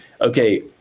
okay